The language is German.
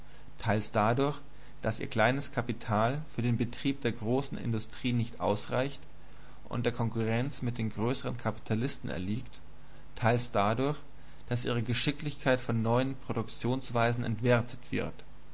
teils dadurch daß ihr kleines kapital für den betrieb der großen industrie nicht ausreicht und der konkurrenz mit den größeren kapitalisten erliegt teils dadurch daß ihre geschicklichkeit von neuen produktionsweisen entwertet wird